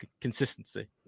consistency